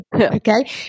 Okay